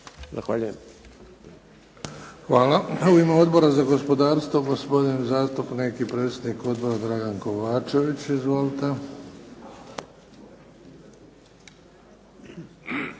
Luka (HDZ)** Hvala. U ime Odbora za gospodarstvo gospodin zastupnik i predsjednik odbora Dragan Kovačević. Izvolite.